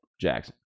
Jackson